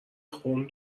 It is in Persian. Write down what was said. خون